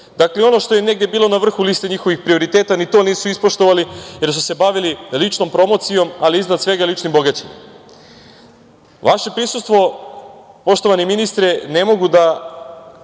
interes. Ono što je negde bilo na vrhu liste njihovih prioriteta ni to nisu ispoštovali, jer su se bavili ličnom promocijom, ali iznad svega ličnim bogaćenjem. Vaše prisustvo, poštovani ministre ne mogu da